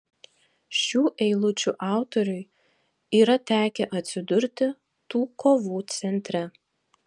šių eilučių autoriui yra tekę atsidurti tų kovų centre